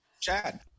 Chad